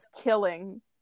killing